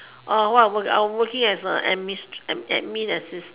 what I work I'm working as a admin assistant